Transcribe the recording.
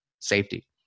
safety